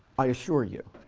i assure you.